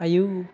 आयौ